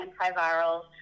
antivirals